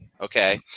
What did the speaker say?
Okay